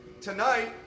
Tonight